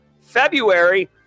February